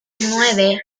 nueve